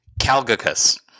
Calgacus